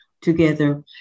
together